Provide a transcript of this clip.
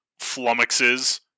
flummoxes